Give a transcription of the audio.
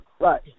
Right